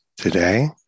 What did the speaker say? today